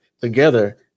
together